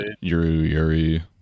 yuri